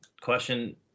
question